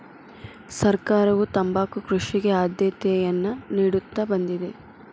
ಸರ್ಕಾರವು ತಂಬಾಕು ಕೃಷಿಗೆ ಆದ್ಯತೆಯನ್ನಾ ನಿಡುತ್ತಾ ಬಂದಿದೆ